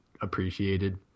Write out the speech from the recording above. appreciated